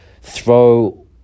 throw